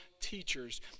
teachers